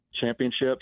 championships